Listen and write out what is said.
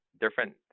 different